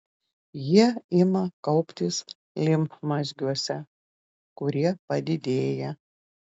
jie ima kauptis limfmazgiuose kurie padidėja